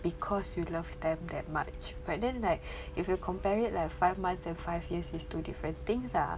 because you love them that much but then like if you compare it like five months and five years is two different things ah